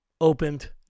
opened